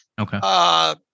Okay